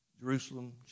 Jerusalem